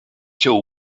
till